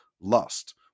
lust